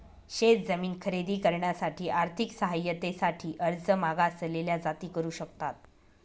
शेत जमीन खरेदी करण्यासाठी आर्थिक सहाय्यते साठी अर्ज मागासलेल्या जाती करू शकतात